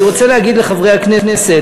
אני רוצה להגיד לחברי הכנסת: